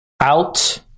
out